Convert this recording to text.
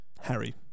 Harry